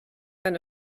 eine